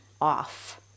off